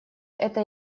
это